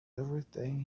everything